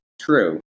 true